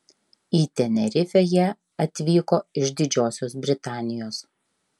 į tenerifę jie atvyko iš didžiosios britanijos